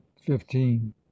fifteen